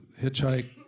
hitchhike